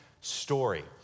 story